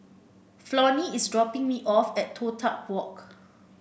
Flonnie is dropping me off at Toh Tuck Walk